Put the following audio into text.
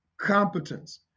Competence